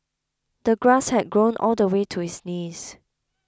the grass had grown all the way to his knees